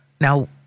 now